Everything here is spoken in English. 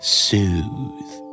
soothe